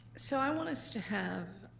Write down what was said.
so i want us to have